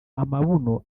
amabuno